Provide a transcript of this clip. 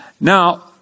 Now